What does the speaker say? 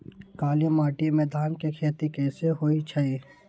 काली माटी में धान के खेती कईसे होइ छइ?